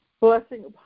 blessing